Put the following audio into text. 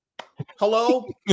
hello